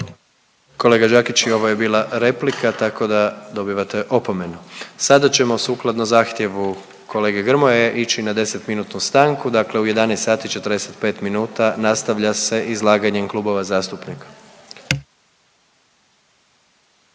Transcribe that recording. Kolega Đakić i ovo je bila replika tako da dobivate opomenu. Sada ćemo sukladno zahtjevu kolege Grmoje ići na deset minutnu stanku, dakle u 11 sati i 45 minuta nastavlja se izlaganjem klubova zastupnika.